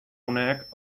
uneek